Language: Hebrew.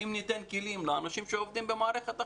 אם ניתן כלים לאנשים שעובדים במערכת החינוך,